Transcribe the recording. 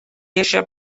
eisiau